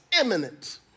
imminent